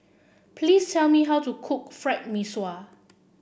please tell me how to cook Fried Mee Sua